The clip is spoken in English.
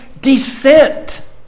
descent